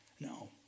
no